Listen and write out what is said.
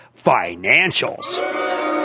financials